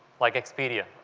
like expedia,